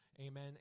Amen